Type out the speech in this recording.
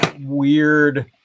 weird